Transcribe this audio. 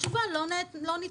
התשובה לא ניתנה.